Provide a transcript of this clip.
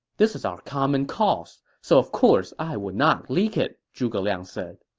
this is our common cause, so of course i would not leak it, zhuge liang said.